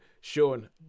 Sean